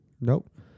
Nope